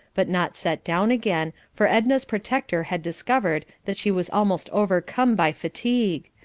but not set down again, for edna's protector had discovered that she was almost overcome by fatigue,